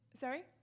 Sorry